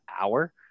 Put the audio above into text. hour